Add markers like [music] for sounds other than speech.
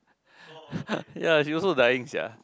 [laughs] ya she also dying sia